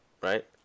Right